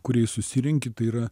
kur jei susirenki tai yra